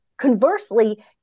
Conversely